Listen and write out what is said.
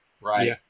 Right